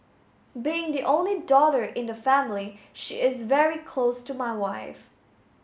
being the only daughter in the family she is very close to my wife